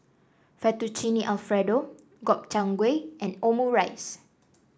Fettuccine Alfredo Gobchang Gui and Omurice